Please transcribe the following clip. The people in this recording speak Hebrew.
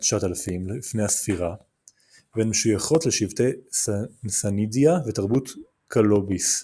9,000 לפנה"ס והן משויכות לשבטי סאנדיה ותרבות קלוביס.